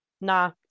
nah